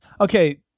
Okay